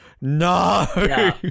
No